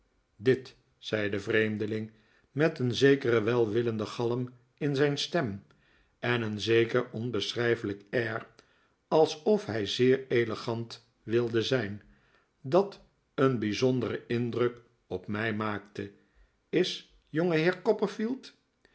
dit zei de vreemdeling met een zekeren welwillenden galm in zijri stem en een zeker onbeschrijfelijk air alsof hij zeer elegant wilde zijn dat een bijzonderen indruk op mij maakte is